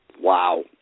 Wow